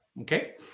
Okay